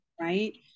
right